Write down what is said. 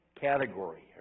category